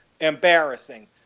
embarrassing